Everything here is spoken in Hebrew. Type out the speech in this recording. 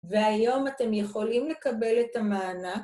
והיום אתם יכולים לקבל את המענה